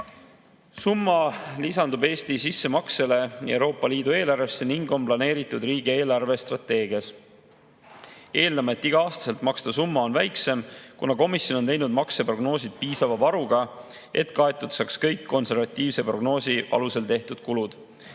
Summa lisandub Eesti sissemaksele Euroopa Liidu eelarvesse ning on planeeritud riigi eelarvestrateegias. Eeldame, et igal aastal makstav summa on väiksem, kuna komisjon on teinud makseprognoosid piisava varuga, et kaetud saaks kõik konservatiivse prognoosi alusel tehtud kulud.